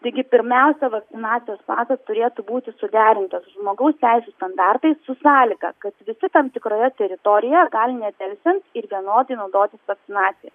taigi pirmiausia vakcinacijos pasas turėtų būti suderintas žmogaus teisių standartais su sąlyga kad visi tam tikroje teritorijoje gali nedelsiant ir vienodai naudotis vakcinacija